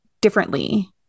differently